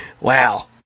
Wow